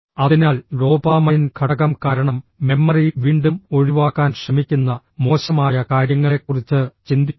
അതിനാൽ ഡോപാമൈൻ ഘടകം കാരണം മെമ്മറി വീണ്ടും ഒഴിവാക്കാൻ ശ്രമിക്കുന്ന മോശമായ കാര്യങ്ങളെക്കുറിച്ച് ചിന്തിക്കുന്നു